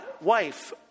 wife